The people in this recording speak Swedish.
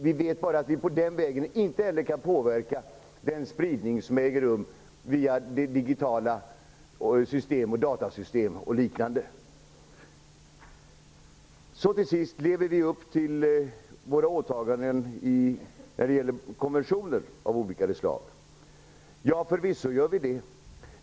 Vi vet bara att vi den vägen inte kan påverka den spridning som äger rum via digitala system och datasystem. Till sist frågan om vi lever upp till våra åtaganden när det gäller konventioner av olika slag. Förvisso gör vi det.